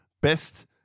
Best